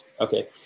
Okay